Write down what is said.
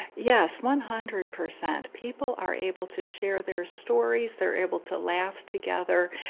yes, one hundred per cent people are able to share their stories they're able to laugh together